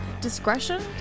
Discretion